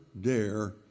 dare